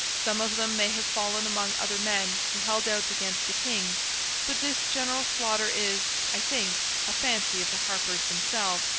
some of them may have fallen among other men who held out against the king but this general slaughter is, i think, a fancy of the harpers themselves,